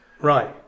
Right